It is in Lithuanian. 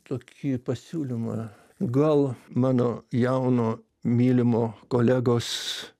tokį pasiūlymą gal mano jauno mylimo kolegos